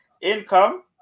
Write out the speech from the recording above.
Income